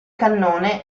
cannone